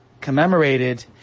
commemorated